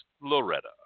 Loretta